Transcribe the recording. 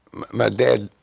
my dad,